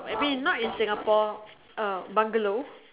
maybe not in Singapore uh bungalow